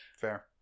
Fair